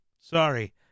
Sorry